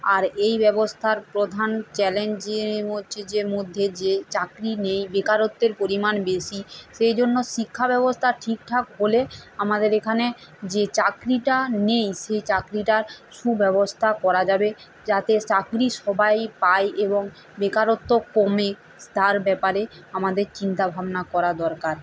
আর এই ব্যবস্থার প্রধান চ্যালেঞ্জ যে হচ্ছে যে মধ্যে যে চাকরি নেই বেকারত্বের পরিমাণ বেশি সেই জন্য শিক্ষা ব্যবস্থা ঠিকঠাক হলে আমাদের এখানে যে চাকরিটা নেই সেই চাকরিটার সুব্যবস্থা করা যাবে যাতে চাকরি সবাই পায় এবং বেকারত্ব কমে তার ব্যাপারে আমাদের চিন্তা ভাবনা করা দরকার